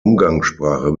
umgangssprache